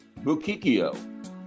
Bukikio